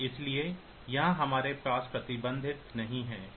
इसलिए यहां हमारे पास प्रतिबंध नहीं है